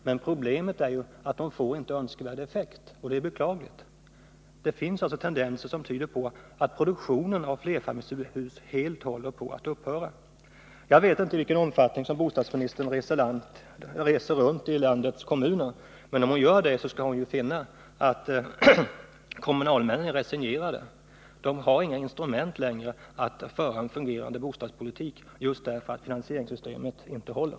Men problemet är ju att de inte får önskvärd effekt, och det är beklagligt. Det finns alltså tendenser som tyder på att produktionen av flerfamiljshus helt håller på att upphöra. Jag känner inte till om eller i vilken omfattning bostadsministern reser runt i landets kommuner, men om hon gör det skall hon finna att kommunalmännen är resignerade. De har inte längre några instrument för att driva en fungerande bostadspolitik just därför att finansieringssystemet inte håller.